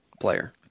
player